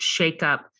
shakeup